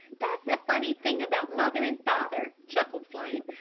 that's the funny thing about mother and father, chuckled flame.